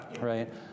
right